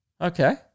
Okay